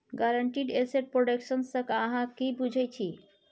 guaranteed asset production सँ अहाँ कि बुझै छी